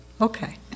Okay